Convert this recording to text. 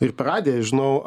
ir per radiją žinau